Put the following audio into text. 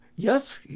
Yes